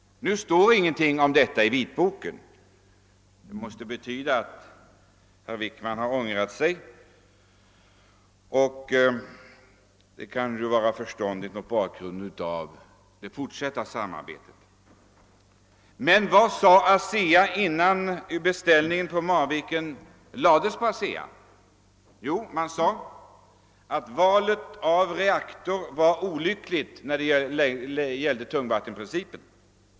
Nu står det ingenting om detta i vitboken, och det måste betyda att herr Wickman har ångrat sig, vilket ju kan vara förståndigt med hänsyn till det fortsatta samarbetet. Men vad sade ASEA innan beställningen på Marvikenanläggningen lades ut på ASEA? Jo, man sade att valet av reaktor var olyckligt i vad gällde tungvattenprincipen.